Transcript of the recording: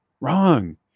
wrong